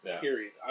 Period